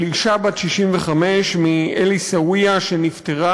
של אישה בת 65 מאל-עיסאוויה שנפטרה,